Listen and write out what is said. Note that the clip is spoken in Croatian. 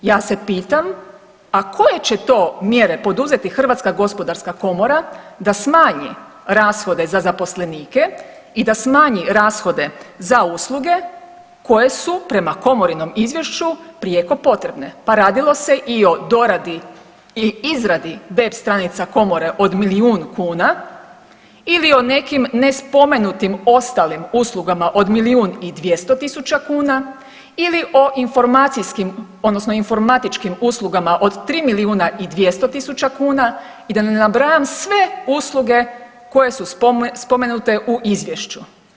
Ja se pitam, a koje će to mjere poduzeti HGK da smanji rashode za zaposlenike i da smanji rashode za usluge koje su prema komorinom izvješću prijeko potrebne pa radilo se i o doradi i izradi web stranica komore od milijun kuna ili o nekim nespomenutim ostalim uslugama od milijun i 200 tisuća kuna ili o informacijskim odnosno informatičkim uslugama od 3 milijuna i 200 tisuća kuna i da ne nabrajam sve usluge koje su spomenute u izvješću.